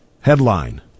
headline